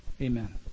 Amen